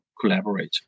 collaborate